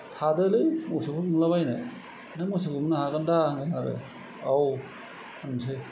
थादोलै मोसौफोर गुमलाबायनो नों मोसौ गुमनो हागोन दा होनगोन आरो औ होननोसै